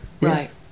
right